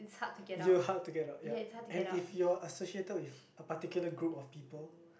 you hard to get out ya and if you are associated with a particular group of people